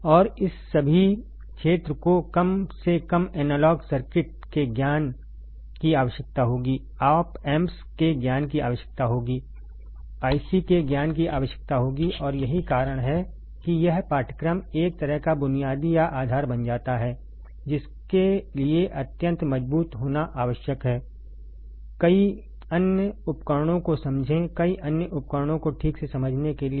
और इस सभी क्षेत्र को कम से कम एनालॉग सर्किट के ज्ञान की आवश्यकता होगी ऑप एम्प्स के ज्ञान की आवश्यकता होगी IC के ज्ञान की आवश्यकता होगी और यही कारण है कि यह पाठ्यक्रम एक तरह का बुनियादी या आधार बन जाता है जिसके लिए अत्यंत मजबूत होना आवश्यक है कई अन्य उपकरणों को समझें कई अन्य उपकरणों को ठीक से समझने के लिए